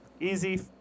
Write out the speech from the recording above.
Easy